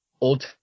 old